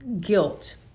guilt